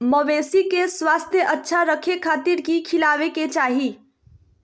मवेसी के स्वास्थ्य अच्छा रखे खातिर की खिलावे के चाही?